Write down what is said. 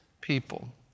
people